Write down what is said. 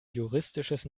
juristisches